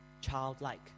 childlike